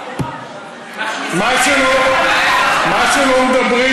מה שלא מדברים,